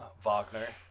Wagner